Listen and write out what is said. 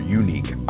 unique